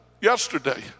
yesterday